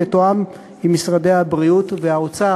יתואם עם משרדי הבריאות והאוצר.